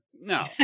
no